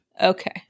okay